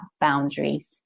boundaries